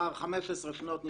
לאחר 15 שנות ניטור.